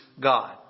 God